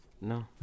No